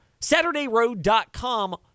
SaturdayRoad.com